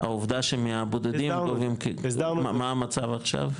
העובדה שמהבודדים גובים, מה המצב עכשיו?